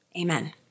Amen